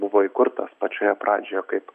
buvo įkurtas pačioje pradžioje kaip